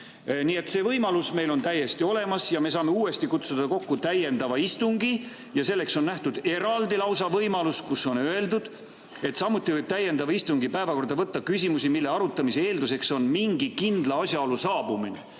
Nii et see võimalus on täiesti olemas ja me saame uuesti kutsuda kokku täiendava istungi. Selleks on nähtud ette lausa eraldi võimalus, on öeldud, et samuti võib täiendava istungi päevakorda võtta küsimusi, mille arutamise eelduseks on mingi kindla asjaolu saabumine.